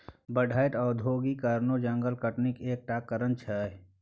बढ़ैत औद्योगीकरणो जंगलक कटनीक एक टा कारण छै